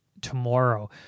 tomorrow